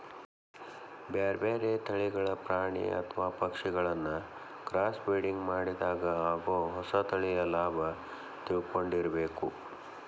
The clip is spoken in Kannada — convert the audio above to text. ಬ್ಯಾರ್ಬ್ಯಾರೇ ತಳಿಗಳ ಪ್ರಾಣಿ ಅತ್ವ ಪಕ್ಷಿಗಳಿನ್ನ ಕ್ರಾಸ್ಬ್ರಿಡಿಂಗ್ ಮಾಡಿದಾಗ ಆಗೋ ಹೊಸ ತಳಿಯ ಲಾಭ ತಿಳ್ಕೊಂಡಿರಬೇಕು